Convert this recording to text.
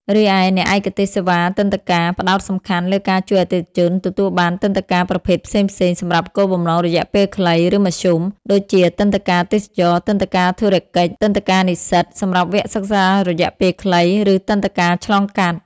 រីឯ អ្នកឯកទេសសេវាទិដ្ឋាការ ផ្តោតសំខាន់លើការជួយអតិថិជនទទួលបានទិដ្ឋាការប្រភេទផ្សេងៗសម្រាប់គោលបំណងរយៈពេលខ្លី ឬមធ្យម ដូចជាទិដ្ឋាការទេសចរណ៍ ទិដ្ឋាការធុរកិច្ច ទិដ្ឋាការនិស្សិត (សម្រាប់វគ្គសិក្សារយៈពេលខ្លី) ឬទិដ្ឋាការឆ្លងកាត់។